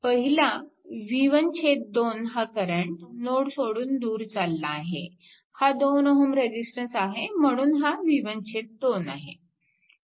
पहिला v1 2 हा current node सोडून दूर चालला आहे हा 2 Ω रेजिस्टन्स आहे म्हणून हा v1 2 आहे